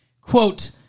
Quote